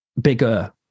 bigger